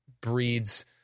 breeds